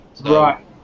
Right